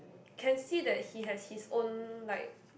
can see that he has his own like